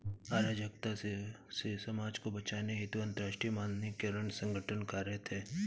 अराजकता से समाज को बचाने हेतु अंतरराष्ट्रीय मानकीकरण संगठन कार्यरत है